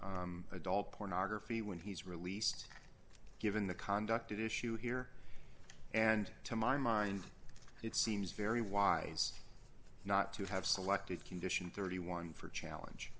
viewing adult pornography when he's released given the conduct of issue here and to my mind it seems very wise not to have selected condition thirty one for challenge